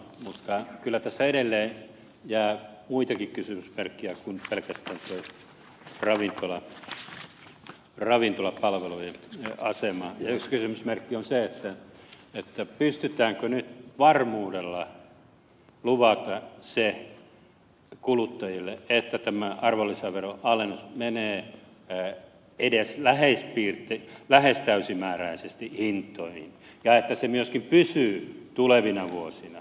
mutta kyllä tässä edelleen jää muitakin kysymysmerkkejä kuin pelkästään tuo ravintolapalvelujen asema ja yksi kysymysmerkki on se pystytäänkö nyt varmuudella lupaamaan se kuluttajille että tämä arvonlisäveroalennus menee edes lähes täysimääräisesti hintoihin ja että se myöskin pysyy tulevina vuosina